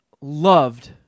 loved